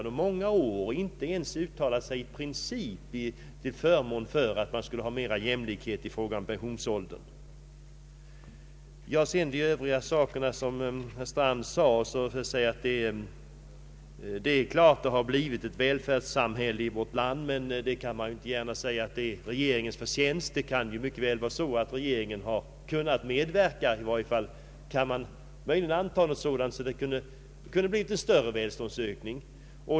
Under många år har man inte ens i princip uttalat sig till förmån för ökad jämlikhet i fråga om pensionsåldern. Vad sedan gäller det herr Strand sade i Övrigt så kan jag väl hålla med om att det har blivit ett välfärdssamhälle i vårt land, men man kan inte gärna säga att det är regeringens förtjänst. Man kan mycket väl anta att regeringen skulle ha kunnat medverka till en mycket större välståndsökning.